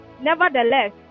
Nevertheless